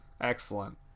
Excellent